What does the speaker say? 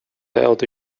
held